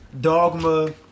Dogma